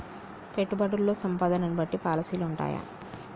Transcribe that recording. పెట్టుబడుల్లో సంపదను బట్టి పాలసీలు ఉంటయా?